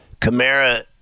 Kamara